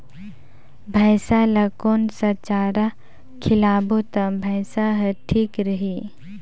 भैसा ला कोन सा चारा खिलाबो ता भैंसा हर ठीक रही?